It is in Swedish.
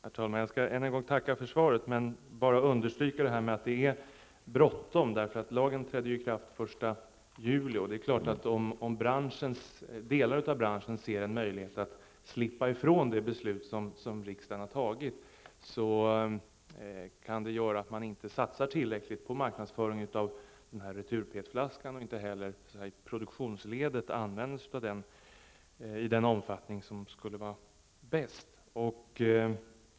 Herr talman! Jag vill än en gång tacka för svaret, men jag vill ändå understryka att det är bråttom, eftersom lagen trädde i kraft den 1 juli. Om delar av branschen ser en möjlighet att slippa ifrån det beslut som riksdagen har fattat, kan det göra att man inte satsar tillräckligt på marknadsföring på retur-PET-flaskan och inte heller i produktionsledet använder sig av den i den omfattning som skulle vara bäst.